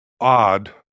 odd